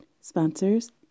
sponsors